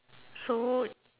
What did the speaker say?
so